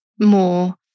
More